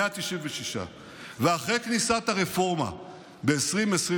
196. אחרי כניסת הרפורמה ב-2021,